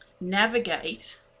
navigate